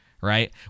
right